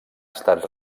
estat